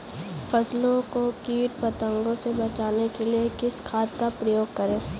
फसलों को कीट पतंगों से बचाने के लिए किस खाद का प्रयोग करें?